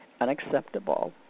unacceptable